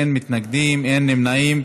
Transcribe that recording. אין מתנגדים, אין נמנעים.